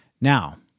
Now